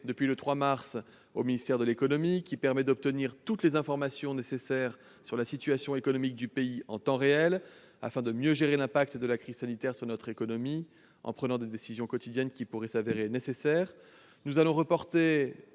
depuis le 3 mars au ministère de l'économie. Elle permet d'obtenir toutes les informations nécessaires sur la situation économique du pays en temps réel. Le but est de mieux gérer l'impact de la crise sanitaire sur notre économie, en prenant, au quotidien, les décisions qui s'avèrent nécessaires. En outre, nous allons reporter